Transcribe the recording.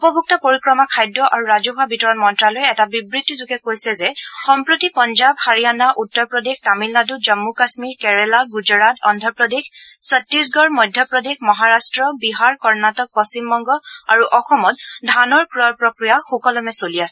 উপভোক্তা পৰিক্ৰমা খাদ্য আৰু ৰাজহুৱা বিতৰণ মন্ত্যালয়ে এটা বিবৃতিযোগে কৈছে যে সম্প্ৰতি পঞ্জাৱ হাৰিয়াণা উত্তৰ প্ৰদেশ তামিলনাড় জম্ম কাশ্মীৰ কেৰালা গুজৰাট অভ্ৰপ্ৰদেশ ছত্তিশগড় মধ্য প্ৰদেশ মহাৰাট্ট বিহাৰ কৰ্ণাটক পশ্চিমবঙ্গ আৰু অসমত ধানৰ ক্ৰয় প্ৰক্ৰিয়া সুকলমে চলি আছে